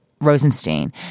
Rosenstein